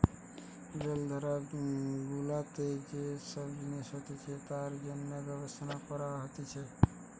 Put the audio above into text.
জলাধার গুলাতে যে সব জিনিস হতিছে তার জন্যে গবেষণা করা হতিছে